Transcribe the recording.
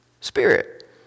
spirit